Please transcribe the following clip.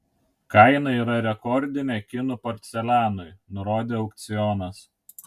kaina yra rekordinė kinų porcelianui nurodė aukcionas